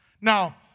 Now